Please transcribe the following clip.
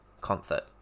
concert